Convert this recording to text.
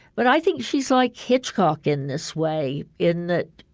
but i think she's like hitchcock in this way in it,